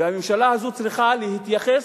והממשלה הזו צריכה להתייחס